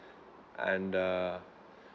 and uh